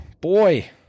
boy